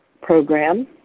program